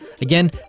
Again